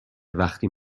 وقتی